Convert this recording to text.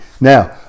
Now